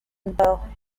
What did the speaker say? imbaho